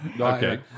Okay